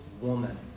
woman